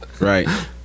Right